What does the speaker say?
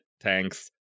tanks